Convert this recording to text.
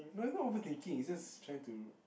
no is not overthinking is just trying to